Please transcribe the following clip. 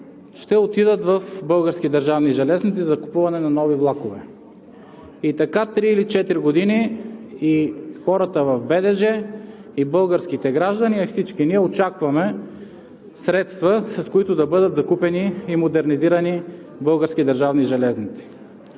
ще отидат в "Български държавни железници" за закупуване на нови влакове. И така три или четири години хората в БДЖ и българските граждани, а и всички ние очакваме средства, с които да бъдат закупени и модернизирани „Български държавни железници“.